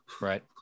right